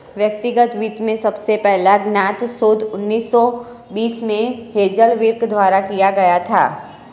व्यक्तिगत वित्त में सबसे पहला ज्ञात शोध उन्नीस सौ बीस में हेज़ल किर्क द्वारा किया गया था